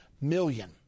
million